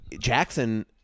Jackson